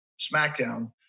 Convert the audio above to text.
SmackDown